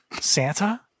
Santa